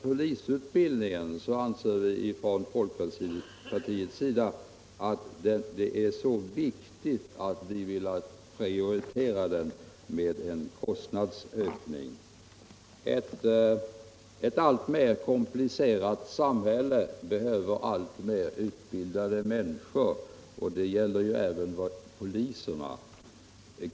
Polisutbildningen anser vi i folkpartiet vara så viktig att vi vill prioritera den med ett ökat anslag. Ett alltmer komplicerat samhälle behöver allt bättre utbildade människor, och det gäller även poliserna.